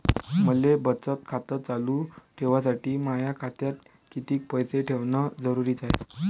मले बचत खातं चालू ठेवासाठी माया खात्यात कितीक पैसे ठेवण जरुरीच हाय?